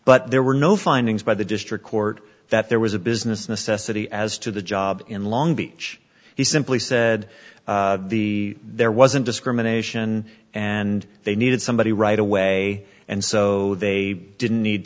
but there were no findings by the district court that there was a business necessity as to the job in long beach he simply said the there wasn't discrimination and they needed somebody right away and so they didn't need